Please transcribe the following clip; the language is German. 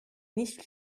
nicht